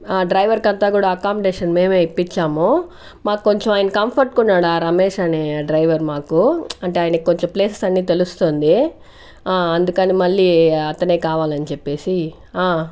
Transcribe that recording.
ఆ డ్రైవర్ కి అంతా కూడా అకామిడేషన్ మేమే ఇప్పించాము మాకొంచెం ఆయన కంఫర్ట్ గా ఉన్నాడు ఆ రమేష్ అనే డ్రైవర్ మాకు అంటే ఆయనకి కొంచెం ప్లేసెస్ అన్ని తెలుస్తుంది అందుకనే మళ్ళీ అతనే కావాలని చెప్పేసి ఆ